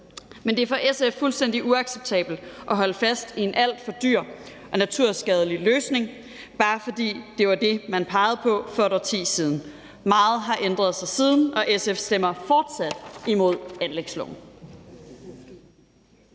Men det er for SF fuldstændig uacceptabelt at holde fast i en alt for dyr og naturskadelig løsning, bare fordi det var det, man pegede på for et årti siden. Meget har ændret sig siden, og SF's stemmer fortsat imod anlægsloven.